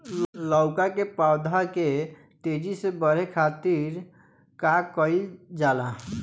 लउका के पौधा के तेजी से बढ़े खातीर का कइल जाला?